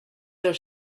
their